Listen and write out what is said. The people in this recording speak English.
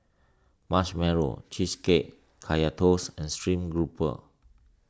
Marshmallow Cheesecake Kaya Toast and Stream Grouper